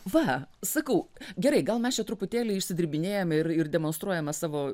va sakau gerai gal mes čia truputėlį išsidirbinėjame ir ir demonstruojam savo